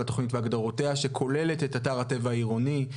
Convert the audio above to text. התוכנית והגדרותיה שכוללת את אתר הטבע העירוני.